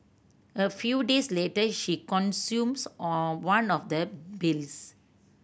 a few days later she consumes on one of the pills